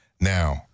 Now